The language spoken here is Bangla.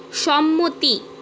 সম্মতি